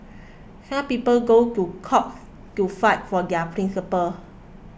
some people go to court to fight for their principles